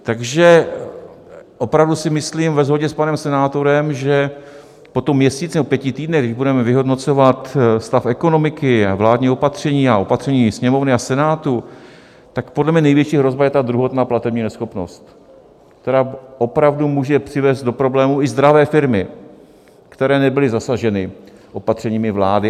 Takže si opravdu myslím ve shodě s panem senátorem, že po tom měsíci nebo pěti týdnech, kdy budeme vyhodnocovat stav ekonomiky, vládní opatření a opatření Sněmovny a Senátu, tak podle mě největší hrozbou je ta druhotná platební neschopnost, která opravdu může přivést do problémů i zdravé firmy, které nebyly zasaženy opatřeními vlády.